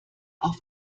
auf